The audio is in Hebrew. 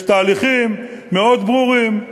יש תהליכים מאוד ברורים.